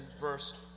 verse